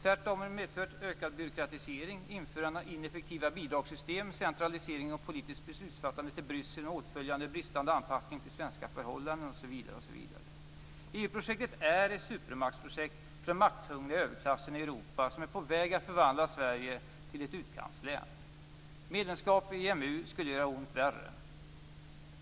Tvärtom har det medfört ökad byråkratisering, införande av ineffektiva bidragssystem, centralisering av politiskt beslutsfattande till Bryssel med åtföljande bristande anpassning till svenska förhållanden osv. EU-projektet är ett supermaktsprojekt för den makthungriga överklassen i Europa som är på väg att förvandla Sverige till ett utkantslän. Medlemskap i EMU skulle göra ont värre.